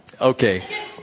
Okay